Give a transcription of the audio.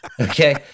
Okay